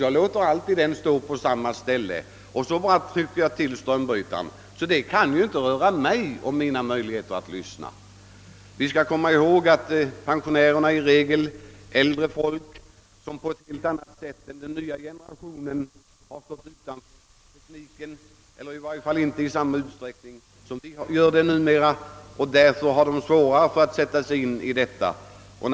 Jag bara trycker på strömbrytaren.» Vi skall komma ihåg att de äldre inte har följt med i teknikens utveckling i samma utsträckning som vi gör numera och därför har svårare att sätta sig in i förändringar.